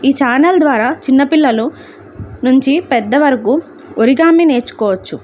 ఈ ఛానల్ ద్వారా చిన్నపిల్లలు నుంచి పెద్దవరకు ఒరిగామి నేర్చుకోవచ్చు